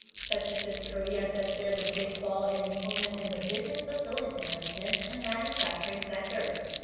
statistics korea says there's a big fall in employment in the business facilities management and manufacturing sectors.